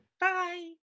Bye